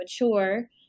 mature